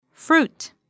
Fruit